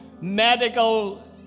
medical